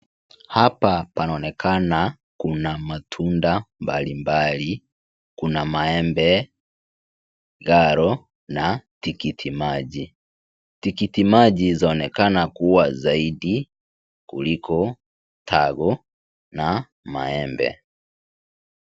Hapa panaonekana kuna matunda mbalimbali ;kuna maembe garo na tikiti maji. Tikiti maji zaonekana kuwa zaidi kuliko tago na maembe.